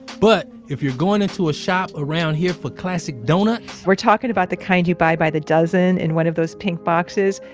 but if you're going into a shop around here for classic doughnuts, we're talking about the kind you buy by the dozen in one of those pink boxes,